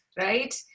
right